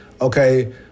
Okay